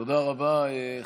תודה רבה.